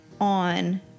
on